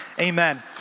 Amen